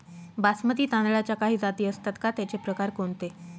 बासमती तांदळाच्या काही जाती असतात का, त्याचे प्रकार कोणते?